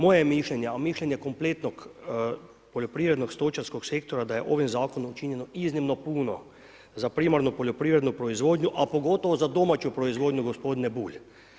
Moje je mišljenje, a mišljenje kompletnog poljoprivrednog stočarskog sektora da je ovim zakonom učinio iznimno puno za primarnu poljoprivredu proizvodnju a pogotovo za domaću proizvodnju gospodine Bulj.